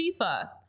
FIFA